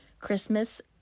Christmas